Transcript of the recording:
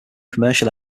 commercial